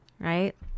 right